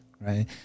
right